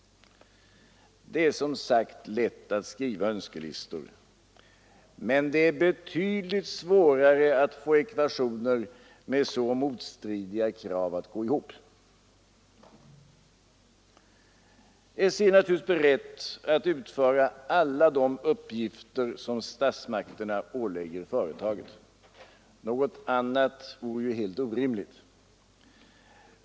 Det är som sagt lätt att skriva önskelistor. Men det är betydligt svårare att få ekvationer med så motstridiga krav att gå ihop. SJ är naturligtvis berett att utföra alla de uppgifter som statsmakterna ålägger företaget. Något annat vore ju helt orimligt.